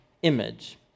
Image